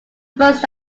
first